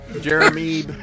Jeremy